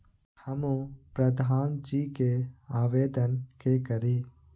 हमू प्रधान जी के आवेदन के करी?